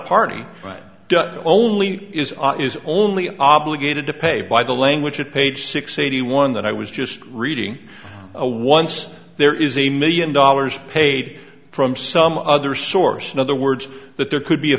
party right only is is only obligated to pay by the language at page six eighty one that i was just reading a once there is a million dollars paid from some other source in other words that there could be a